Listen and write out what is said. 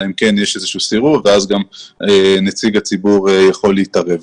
אלא אם כן יש איזשהו סירוב ואז גם נציג הציבור יכול להתערב.